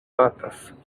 batas